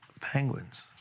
penguins